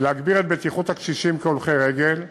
להגביר את בטיחות הקשישים כהולכי רגל.